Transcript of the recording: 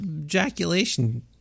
ejaculation